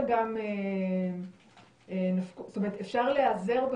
או 'הטופס לא נשלח,